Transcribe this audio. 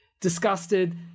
Disgusted